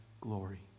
glory